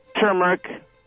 turmeric